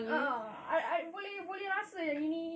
a'ah I I boleh boleh rasa yang ini